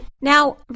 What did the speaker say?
now